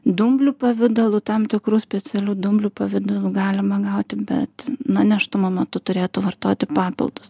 dumblių pavidalu tam tikrų specialių dumblių pavidalu galima gauti bet na nėštumo metu turėtų vartoti papildus